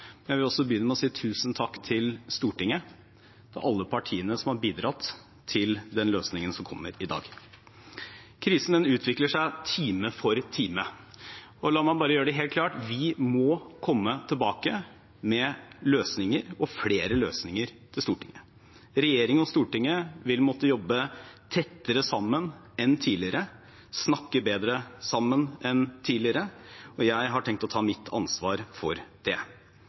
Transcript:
men det handler også om økonomi, arbeidsplasser og velferd. Jeg vil slutte meg til alle dem som har takket alle som holder hjulene i gang der ute. Jeg vil også si tusen takk til Stortinget og til alle partiene som har bidratt til den løsningen som kommer i dag. Krisen utvikler seg time for time. La meg bare gjøre det helt klart: Vi må komme tilbake med løsninger – og flere løsninger – til Stortinget. Regjeringen og Stortinget vil måtte jobbe tettere sammen enn tidligere, snakke